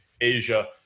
Asia